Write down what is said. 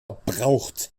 braucht